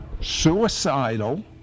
suicidal